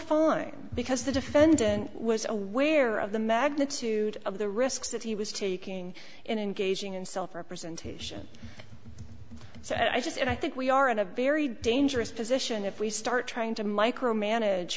fine because the defendant was aware of the magnitude of the risks that he was taking in engaging in self representation so i just and i think we are in a very dangerous position if we start trying to micromanage